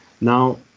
now